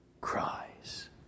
cries